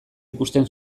ikusten